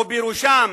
ובראשם